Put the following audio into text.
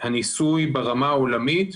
הניסוי ברמה העולמית,